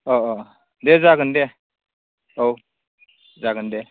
औ औ दे जागोन दे औ जागोन दे